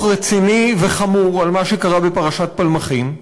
רציני וחמור על מה שקרה בפרשת פלמחים.